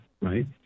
right